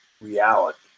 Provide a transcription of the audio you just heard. reality